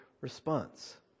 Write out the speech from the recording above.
response